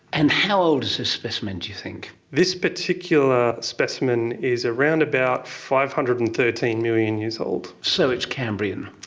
and how old is this specimen, do you think? this particular specimen is around about five hundred and thirteen million years old. so it's cambrian.